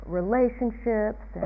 relationships